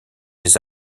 les